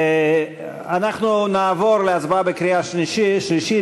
אנחנו נעבור להצבעה בקריאה שלישית